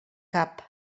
cap